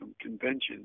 conventions